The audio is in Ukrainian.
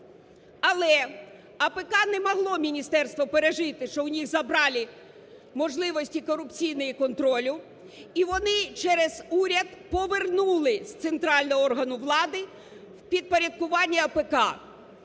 Але АПК не могло, міністерство, пережити, що у них забрали можливості корупційної контролю, і вони через уряд повернули з центрального органу влади в підпорядкування АПК.